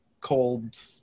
cold